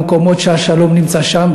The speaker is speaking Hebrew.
במקומות שהשלום נמצא שם,